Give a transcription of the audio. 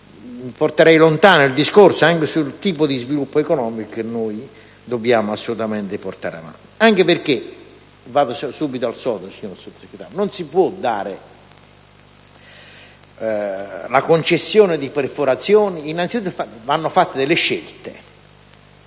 porterei lontano il discorso, anche sul tipo di sviluppo economico che noi dobbiamo assolutamente portare avanti, anche perché - vado subito al sodo, signor Sottosegretario - innanzitutto vanno fatte delle scelte